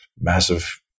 massive